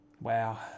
wow